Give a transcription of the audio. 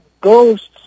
ghosts